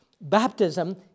baptism